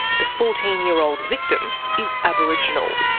the fourteen year old victim is aboriginal,